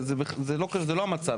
זה לא המצב,